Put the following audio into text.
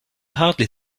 hardly